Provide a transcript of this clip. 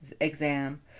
exam